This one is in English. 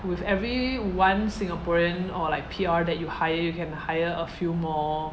with every one singaporean or like P_R that you hire you can hire a few more